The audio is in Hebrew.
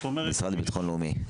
המשרד לביטחון לאומי.